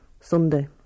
Sunday